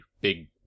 Big